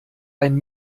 ein